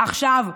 עכשיו.